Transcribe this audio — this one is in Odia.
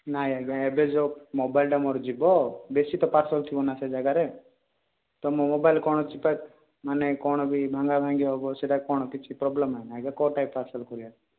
ନାଇଁ ଆଜ୍ଞା ଏବେ ଯେଉଁ ମୋବାଇଲ୍ଟା ମୋର ଯିବ ବେଶି ତ ପାର୍ସଲ୍ ଥିବ ନା ସେ ଯାଗାରେ ତ ମୋ ମୋବାଇଲ୍ କ'ଣ ଚିପା ମାନେ କ'ଣ କି ଭାଙ୍ଗା ଭାଙ୍ଗି ହେବ ସେଇଟା କ'ଣ କିଛି ପ୍ରୋବ୍ଲେମ୍ ନାହିଁ ଆଜ୍ଞା କେଉଁ ଟାଇପ୍ ପାର୍ସଲ୍ କରିବାକୁ